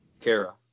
Kara